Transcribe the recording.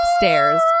upstairs